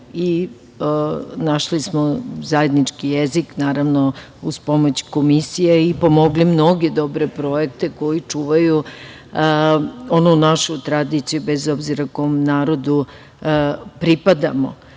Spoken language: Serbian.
Našli smo zajednički jezik uz pomoć komisije i pomogli mnoge dobre projekte koji čuvaju onu našu tradiciju, bez obzira kom narodu pripadamo. Što